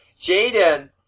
Jaden